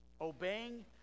Obeying